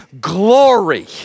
glory